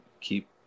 keep